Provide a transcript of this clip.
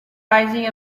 rising